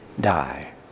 die